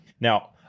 Now